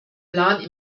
plan